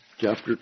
Chapter